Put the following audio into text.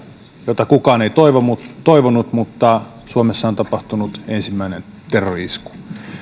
jota kukaan ei toivonut toivonut mutta suomessa on tapahtunut ensimmäinen terrori isku